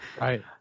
Right